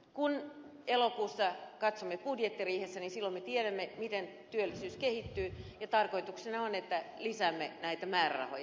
kun elokuussa katsomme asiaa budjettiriihessä silloin tiedämme miten työllisyys kehittyy ja tarkoituksena on että lisäämme näitä määrärahoja